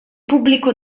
pubblico